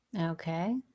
Okay